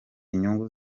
inyungu